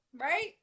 right